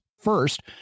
First